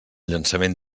llançament